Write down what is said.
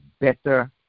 better